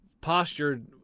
postured